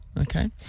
okay